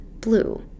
blue